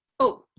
oh,